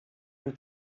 une